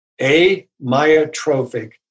Amyotrophic